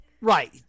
Right